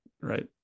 right